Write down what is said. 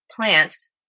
plants